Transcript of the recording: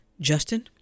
Justin